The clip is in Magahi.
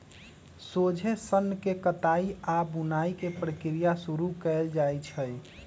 सोझे सन्न के कताई आऽ बुनाई के प्रक्रिया शुरू कएल जाइ छइ